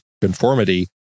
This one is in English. conformity